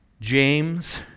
James